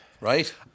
Right